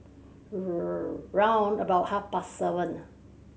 round about half past seven